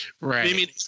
Right